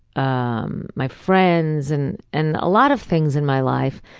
um my friends, and and a lot of things in my life.